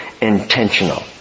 intentional